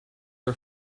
are